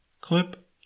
clip